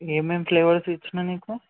ఏమేమి ఫ్లేవర్స్ ఇచ్చిన నీకు